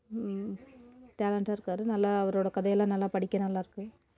டேலண்ட்டா இருக்காரு நல்லா அவரோடய கதையெல்லாம் நல்லா படிக்க நல்லாருக்குது